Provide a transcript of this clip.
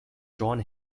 john